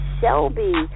Shelby